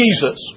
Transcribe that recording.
Jesus